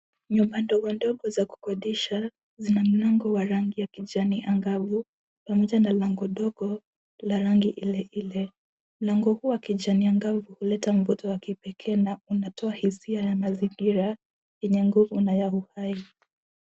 Nyumba ndogo ndogo za kukodisha zina mlango wa rangi ya kijani angavu pamoja na lango dogo la rangi ile ile. Mlango huu wa kijani angavu huleta mvuto wa kipekee na unatoa hisia ya mazingira yenye nguvu na uhai.